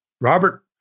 Robert